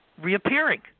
reappearing